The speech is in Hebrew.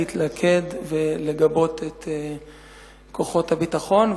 להתלכד ולגבות את כוחות הביטחון,